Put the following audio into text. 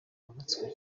amatsiko